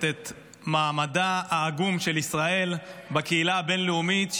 את מעמדה העגום של ישראל בקהילה הבין-לאומית,